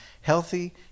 healthy